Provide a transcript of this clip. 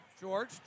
George